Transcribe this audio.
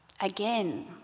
again